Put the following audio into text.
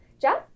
Jeff